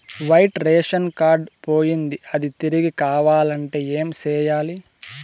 white ration card పోయింది అది తిరిగి కావాలంటే ఏం సేయాలి